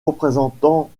représentant